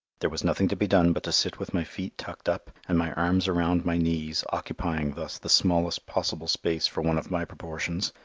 there was nothing to be done but to sit with my feet tucked up and my arms around my knees, occupying thus the smallest possible space for one of my proportions,